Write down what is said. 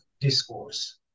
discourse